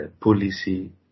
policy